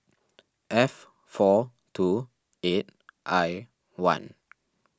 F four two eight I one